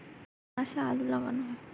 কোন মাসে আলু লাগানো হয়?